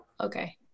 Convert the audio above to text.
Okay